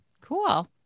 Cool